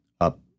up